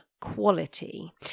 quality